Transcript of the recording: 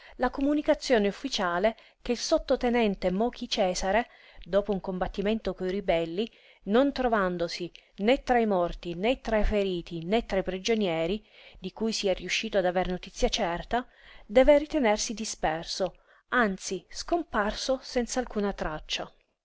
la comunicazione ufficiale che il sottotenente mochi cesare dopo un combattimento coi ribelli non trovandosi né tra i morti né tra i feriti né tra i prigionieri di cui si è riuscito ad aver notizia certa deve ritenersi disperso anzi scomparso senz'alcuna traccia